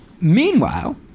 Meanwhile